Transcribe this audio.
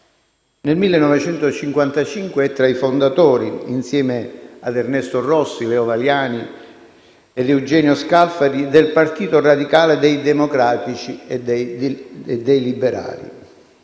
Nel 1955 è tra i fondatori - insieme a Ernesto Rossi, Leo Valiani ed Eugenio Scalfari - del Partito radicale dei Democratici e dei Liberali.